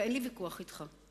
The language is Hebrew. אין לי ויכוח אתך.